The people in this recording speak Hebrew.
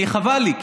חבל לי,